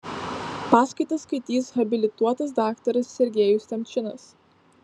paskaitą skaitys habilituotas daktaras sergejus temčinas